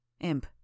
Imp